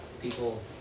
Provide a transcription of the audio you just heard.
people